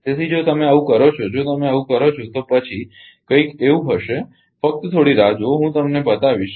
તેથી જો તમે આવું કરો છો જો તમે આવું કરો છો તો પછી આ કંઈક એવું હશે ફક્ત થોડી રાહ જુઓ હું તમને બતાવીશ